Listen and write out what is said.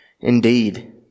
Indeed